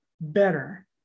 better